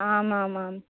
आमामाम्